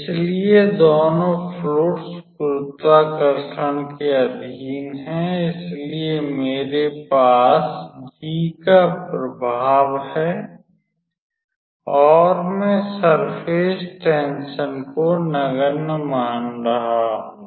इसलिए दोनों फ्लुइड्स गुरुत्वाकर्षण के अधीन हैं इसलिए मेरे पास g का प्रभाव है और मैं सर्फ़ेस टेंसन को नगण्य मान रहा हूं